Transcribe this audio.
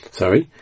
sorry